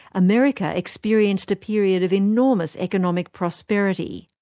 america experienced a period of enormous economic prosperity.